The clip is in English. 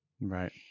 Right